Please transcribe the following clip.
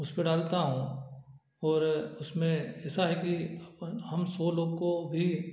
उस पर डालता हूँ और उसमें ऐसा है कि अपन हम सौ लोग को भी